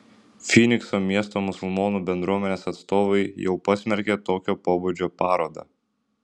fynikso miesto musulmonų bendruomenės atstovai jau pasmerkė tokio pobūdžio parodą